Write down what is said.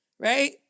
right